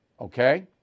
okay